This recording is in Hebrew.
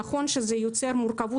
נכון שזה יוצר מורכבות,